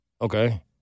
Okay